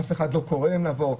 אף אחד לא קורא להם לבוא,